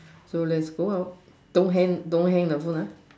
so let's go out don't hang don't hang the phone ah